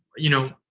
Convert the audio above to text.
you know,